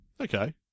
Okay